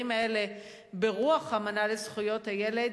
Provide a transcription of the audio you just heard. האלה ברוח האמנה בדבר זכויות הילד,